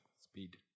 speed